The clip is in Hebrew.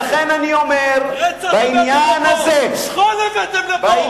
רצח, שכול הבאתם לפה, אתה מעז לדבר?